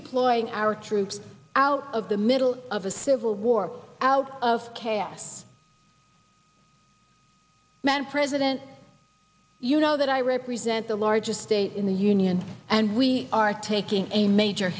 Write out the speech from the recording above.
deploying our troops out of the middle of a civil war out of chaos man president you know that i represent the largest state in the union and we are taking a major